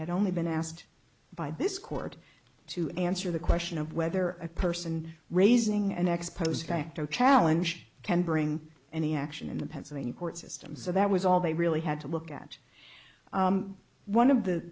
had only been asked by this court to answer the question of whether a person raising an ex post facto challenge can bring any action in the pennsylvania court system so that was all they really had to look at one of the